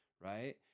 right